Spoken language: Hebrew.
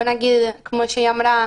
בוא נגיד, כמו שהיא אמרה,